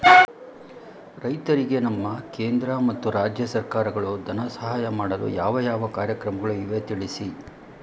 ರೈತರಿಗೆ ನಮ್ಮ ಕೇಂದ್ರ ಮತ್ತು ರಾಜ್ಯ ಸರ್ಕಾರಗಳು ಧನ ಸಹಾಯ ಮಾಡಲು ಯಾವ ಯಾವ ಕಾರ್ಯಕ್ರಮಗಳು ಇವೆ ತಿಳಿಸಿ?